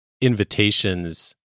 invitations